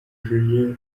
julienne